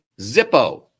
Zippo